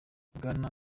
bwana